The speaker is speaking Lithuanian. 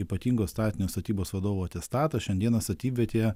ypatingo statinio statybos vadovo atestatą šiandieną statybvietėje